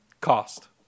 cost